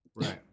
Right